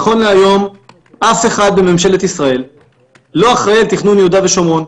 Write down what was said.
נכון להיום אף אחד בממשלת ישראל לא אחראי על תכנון יהודה ושומרון.